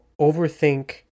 overthink